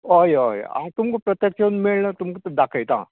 हय हय हांव तुमका प्रत्यक्ष मेळोन तुमका दखयता